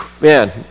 Man